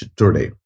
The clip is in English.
today